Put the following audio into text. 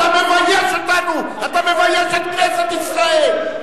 אתה מבייש אותנו, אתה מבייש את כנסת ישראל.